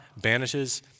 banishes